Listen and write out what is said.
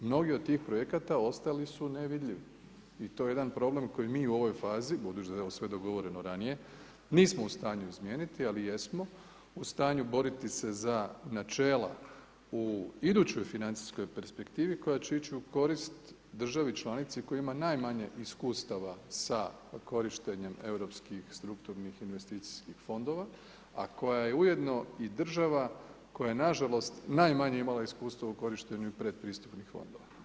Mnogi od tih projekata ostali su nevidljivi i to je jedan problem koji mi u ovoj fazi, budući da je ovo sve dogovoreno ranije, nismo u stanju izmijeniti, a jesmo u stanju boriti se za načela u idućoj financijskoj perspektivi koja će ići u korist državi članici koja ima najmanje iskustava sa korištenjem europskih strukturnih investicijskih fondova, a koja je ujedno i država koja je, nažalost, najmanje imala iskustva u korištenju pretpristupnih fondova.